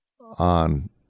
on